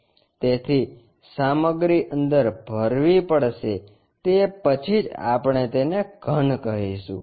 તેથી સામગ્રી અંદર ભરવી પડશે તે પછી જ આપણે તેને ઘન કહીશું